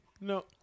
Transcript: No